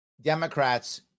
Democrats